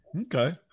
okay